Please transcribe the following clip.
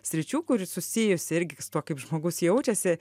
sričių kur susijusi irgi su tuo kaip žmogus jaučiasi